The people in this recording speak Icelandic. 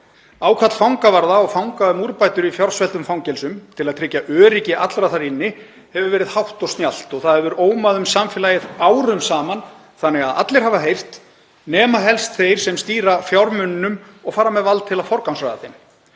Ákall fangavarða og fanga um úrbætur í fjársveltum fangelsum, til að tryggja öryggi allra þar inni, hefur verið hátt og snjallt. Það hefur ómað um samfélagið árum saman þannig að allir hafa heyrt nema helst þeir sem stýra fjármununum og fara með vald til að forgangsraða þeim.